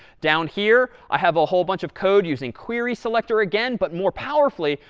down here, i have a whole bunch of code using queryselector again, but more powerfully,